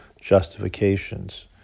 justifications